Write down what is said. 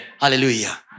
Hallelujah